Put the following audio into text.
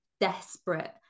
desperate